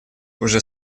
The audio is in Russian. уже